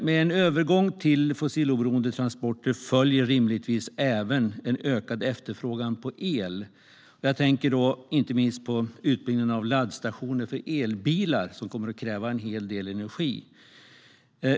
Med en övergång till fossiloberoende transporter följer rimligtvis även en ökad efterfrågan på el. Jag tänker då inte minst på utbyggnaden av laddstationer för elbilar som kommer att kräva en hel del energi.